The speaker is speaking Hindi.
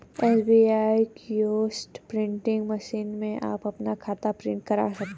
एस.बी.आई किओस्क प्रिंटिंग मशीन में आप अपना खाता प्रिंट करा सकते हैं